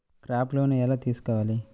Crop loan ఎలా తీసుకోవాలి?